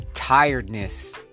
Tiredness